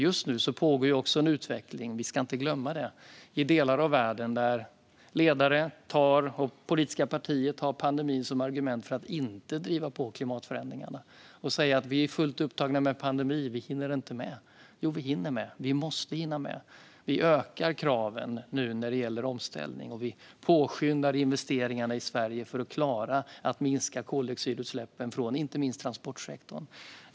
Just nu pågår också en utveckling - vi ska inte glömma det - i delar av världen där ledare och politiska partier tar pandemin som argument för att inte driva på klimatomställningen. Vi är fullt upptagna med pandemin, säger de. Vi hinner inte med. Jo, vi hinner med. Vi måste hinna med. Vi ökar nu kraven när det gäller omställning, och vi påskyndar investeringarna i Sverige för att klara att minska koldioxidutsläppen från inte minst transportsektorn.